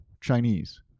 Chinese